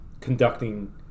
conducting